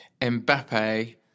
Mbappe